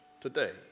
today